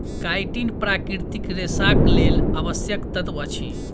chitin प्राकृतिक रेशाक लेल आवश्यक तत्व अछि